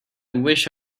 wish